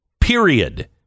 period